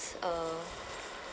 uh